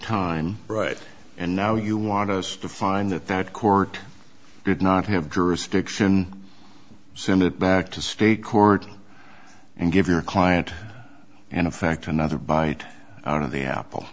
time right and now you want us to find that that court did not have jurisdiction send it back to state court and give your client and in fact another bite out of the apple